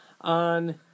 on